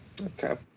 Okay